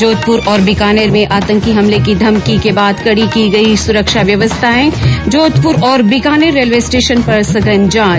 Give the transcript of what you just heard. जोधपुर और बीकानेर में आतंकी हमले की धमकी के बाद कड़ी की गई सुरक्षा व्यवस्थाएं जोधप्र और बीकानेर रेलवे स्टेशन पर सघन जांच